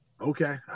Okay